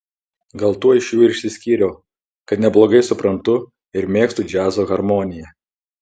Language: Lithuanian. gal tuo iš jų ir išsiskyriau kad neblogai suprantu ir mėgstu džiazo harmoniją